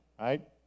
right